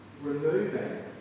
removing